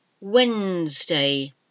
Wednesday